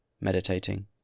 meditating